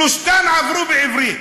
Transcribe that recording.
שלושתן עברו בעברית.